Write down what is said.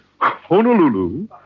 Honolulu